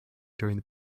during